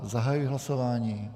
Zahajuji hlasování.